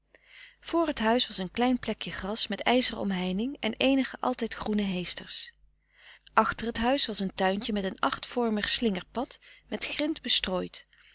voor het huis was een klein plekje gras met ijzeren omheining en eenige altijd groene heesters achter het huis was een tuintje met een vormig slingerpad met grint bestrooid